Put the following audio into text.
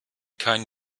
keinen